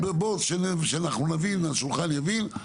בוא, שאנחנו נבין, שהשולחן יבין.